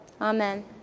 Amen